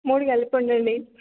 మూడు కలిపి వండండి